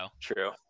True